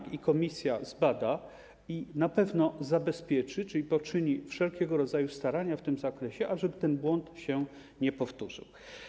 Komisja zbada i na pewno zabezpieczy, czyli poczyni wszelkiego rodzaju starania w tym zakresie, żeby ten błąd się nie powtórzył.